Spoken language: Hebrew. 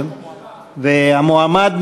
מי המועמד?